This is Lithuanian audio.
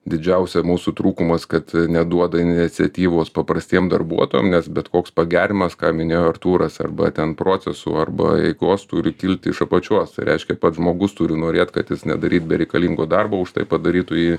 didžiausia mūsų trūkumas kad neduoda iniciatyvos paprastiem darbuotojam nes bet koks pagerinimas ką minėjo artūras arba ten procesų arba eigos turi kilt iš apačios tai reiškia pats žmogus turi norėt kad jis nedaryt bereikalingo darbo už tai padarytų jį